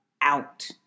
out